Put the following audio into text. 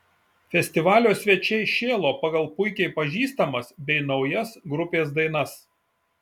festivalio svečiai šėlo pagal puikiai pažįstamas bei naujas grupės dainas